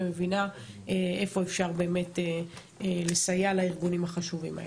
איך אפשר לסייע לארגונים החשובים האלה.